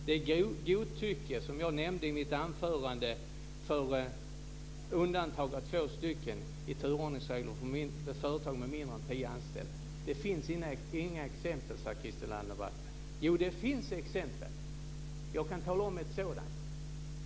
Det handlar om det godtycke som jag nämnde i mitt anförande gällande undantag för två stycken från turordningsreglerna i företag med mindre än tio anställda. Det finns inga exempel sade Christel Anderberg. Jo, det finns exempel. Jag kan redogöra för ett sådant.